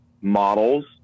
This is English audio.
models